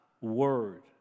word